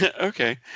Okay